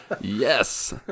Yes